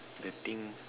the thing